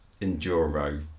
Enduro